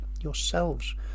yourselves